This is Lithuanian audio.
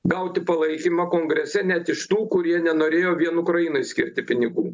gauti palaikymą kongrese net iš tų kurie nenorėjo vien ukrainai skirti pinigų